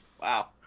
Wow